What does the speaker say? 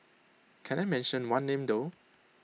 can I mention one name though